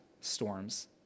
storms